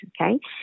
okay